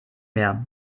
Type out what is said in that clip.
mehr